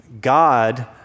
God